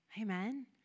Amen